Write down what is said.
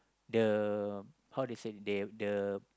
the how they say they've the